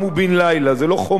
זה לא "חומה ומגדל",